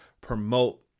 promote